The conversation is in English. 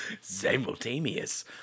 simultaneous